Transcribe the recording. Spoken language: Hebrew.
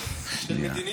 של מדיניות.